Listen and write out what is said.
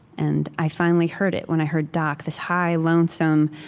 and i finally heard it when i heard doc this high, lonesome,